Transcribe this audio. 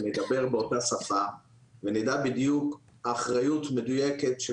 ונדבר באותה שפה ונדע בדיוק אחריות מדויקת של